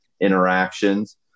interactions